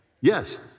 Yes